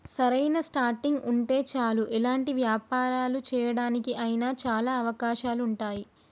సరైన స్టార్టింగ్ ఉంటే చాలు ఎలాంటి వ్యాపారాలు చేయడానికి అయినా చాలా అవకాశాలు ఉంటాయి